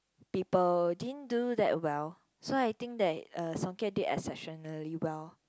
people didn't do that well so I think that uh Song-Kiat did exceptionally well